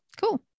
cool